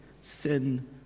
sin